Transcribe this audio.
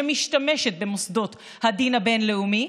שמשתמשת במוסדות הדין הבין-לאומי,